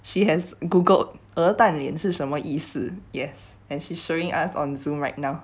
she has googled 鹅蛋脸是什么意思 yes and she's showing us on zoom right now